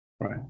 Right